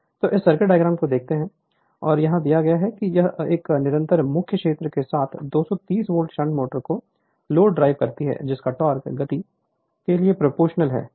Refer Slide Time 2542 तो इस circuit diagram को देखें और यहां दिया गया है कि यह एक निरंतर मुख्य क्षेत्र के साथ 230 वोल्ट शंट मोटर एक लोड ड्राइव करती है जिसका टोक़ गति के घन के लिए प्रोपोर्शनल है